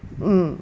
mm